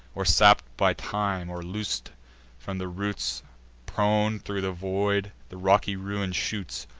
or sapp'd by time, or loosen'd from the roots prone thro' the void the rocky ruin shoots,